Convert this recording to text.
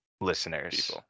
listeners